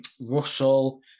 Russell